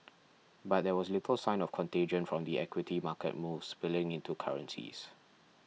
but there was little sign of contagion from the equity market moves spilling into currencies